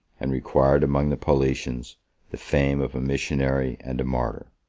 and required among the paulicians the fame of a missionary and a martyr.